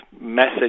message